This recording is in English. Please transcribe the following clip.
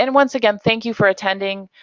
and once again thank you for attending,